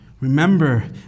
remember